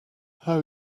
how